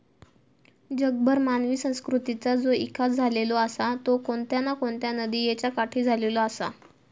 जगभर मानवी संस्कृतीचा जो इकास झालेलो आसा तो कोणत्या ना कोणत्या नदीयेच्या काठी झालेलो आसा